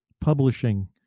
publishing